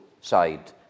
side